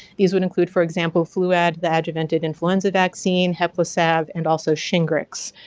these would include, for example, fluad, the adjuvanted influenza vaccine, heplisav, and also shingrix.